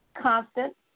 constant